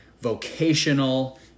vocational